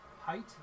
Height